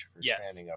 Yes